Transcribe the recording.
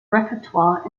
repertoire